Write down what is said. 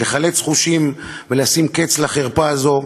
להיחלץ חושים ולשים קץ לחרפה הזו,